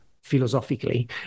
philosophically